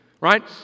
right